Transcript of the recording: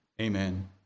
Amen